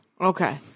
Okay